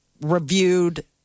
reviewed